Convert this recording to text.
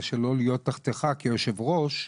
זה לא להיות תחתיך כיושב ראש.